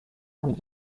under